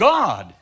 God